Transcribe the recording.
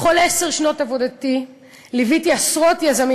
בכל עשר שנות עבודתי ליוויתי עשרות יזמים